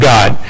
God